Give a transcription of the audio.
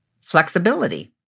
flexibility